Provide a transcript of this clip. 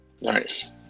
Nice